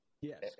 Yes